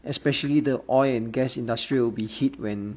especially the oil and gas industry will be hit when